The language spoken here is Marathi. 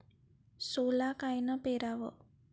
सोला कायनं पेराव?